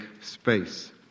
space